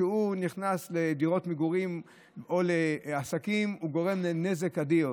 כשהוא נכנס לדירות מגורים או לעסקים הוא גורם לנזק אדיר